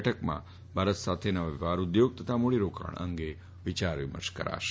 બેઠકમાં ભારત સાથેના વેપાર ઉદ્યોગ તથા મૂડીરોકાણ અંગે વિચાર વિમર્શ કરશે